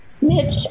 mitch